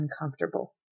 uncomfortable